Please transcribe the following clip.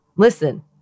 Listen